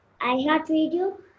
iHeartRadio